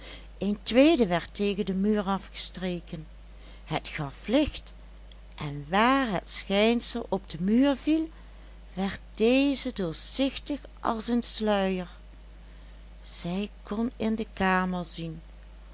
een tweede werd tegen den muur afgestreken het gaf licht en waar het schijnsel op den muur viel werd deze doorzichtig als een sluier zij kon in de kamer zien